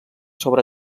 sobre